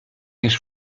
już